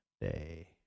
day